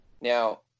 Now